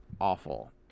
awful